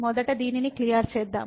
మొదట దీనిని క్లియర్ చేద్దాం